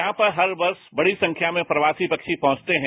यहां पर हर वर्ष बड़ी संख्या में प्रवासी पक्षी पहुंचते हैं